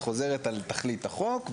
את חוזרת על תכלית החוק,